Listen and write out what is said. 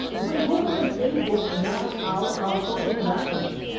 the way google and facebook map out our social connections,